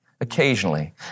occasionally